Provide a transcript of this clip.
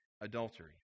adultery